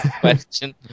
question